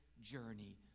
journey